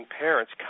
parents